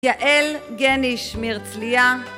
יעל גניש מהרצליה